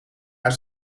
haar